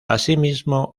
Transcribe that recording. asimismo